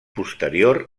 posterior